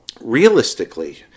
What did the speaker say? Realistically